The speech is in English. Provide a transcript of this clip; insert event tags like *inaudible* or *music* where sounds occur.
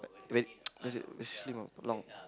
wait *noise* that's it the sleeve not long